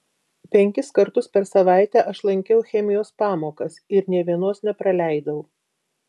penkis kartus per savaitę aš lankiau chemijos pamokas ir nė vienos nepraleidau